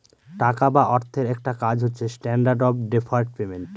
টাকা বা অর্থের একটা কাজ হচ্ছে স্ট্যান্ডার্ড অফ ডেফার্ড পেমেন্ট